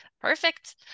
Perfect